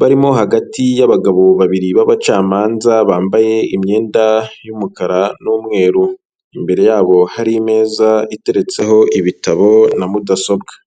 barimo hagati y'abagabo babiri b'abacamanza, bambaye imyenda y'umukara n'umweru imbere yabo hari imeza iteretseho ibitabo na mudasobwa.